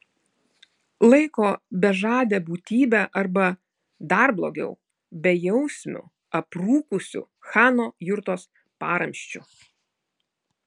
laiko bežade būtybe arba dar blogiau bejausmiu aprūkusiu chano jurtos paramsčiu